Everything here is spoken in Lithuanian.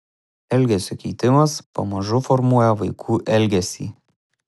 elgesio keitimas pamažu formuoja vaikų elgesį